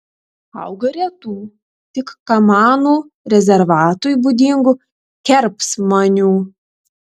auga retų tik kamanų rezervatui būdingų kerpsamanių